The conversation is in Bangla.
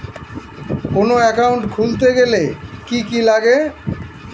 কোন একাউন্ট খুলতে গেলে কি কি লাগে?